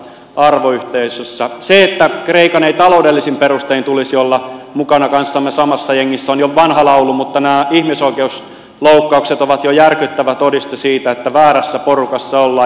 se että kreikan ei taloudellisin perustein tulisi olla mukana kanssamme samassa jengissä on jo vanha laulu mutta nämä ihmisoikeusloukkaukset ovat jo järkyttävä todiste siitä että väärässä porukassa ollaan